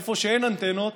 איפה שאין אנטנות